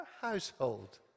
household